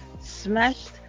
smashed